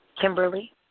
Kimberly